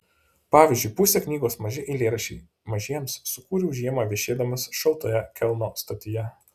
pavyzdžiui pusę knygos maži eilėraščiai mažiems sukūriau žiemą viešėdamas šaltoje kelno stotyje